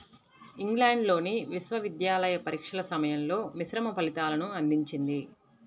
ఇంగ్లాండ్లోని విశ్వవిద్యాలయ పరీక్షల సమయంలో మిశ్రమ ఫలితాలను అందించింది